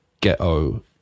ghetto